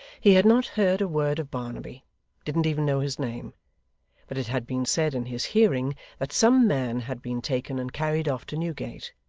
he had not heard a word of barnaby didn't even know his name but it had been said in his hearing that some man had been taken and carried off to newgate.